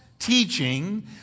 teaching